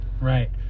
Right